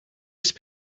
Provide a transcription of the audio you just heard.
just